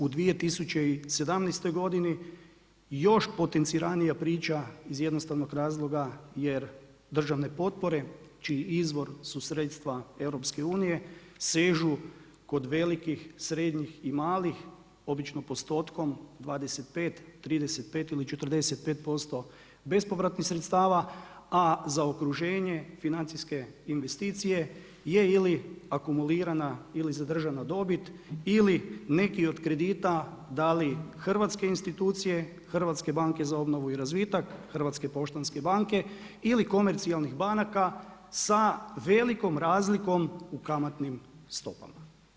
U 2017. godini još potenciranija priča iz jednostavnog razloga jer državne potpore čiji izvor su sredstva EU-a sežu kod velikih, srednjih i malih, obično postotkom, 25, 35 ili 45% bespovratnih sredstava, a zaokruženje financijske investicije je ili akumulirana ili zadržana dobit ili neki od kredita dali hrvatske institucije, Hrvatske banke za obnovu i razvitak, Hrvatske poštanske banke ili komercijalnim banaka sa velikom razlikom u kamatnim stopama.